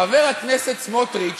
חבר הכנסת סמוטריץ